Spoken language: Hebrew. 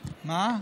מה?